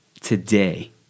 today